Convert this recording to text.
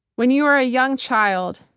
when you are a young child,